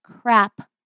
crap